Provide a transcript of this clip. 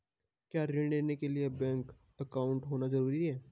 क्या ऋण लेने के लिए बैंक अकाउंट होना ज़रूरी है?